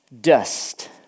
dust